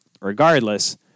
regardless